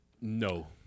No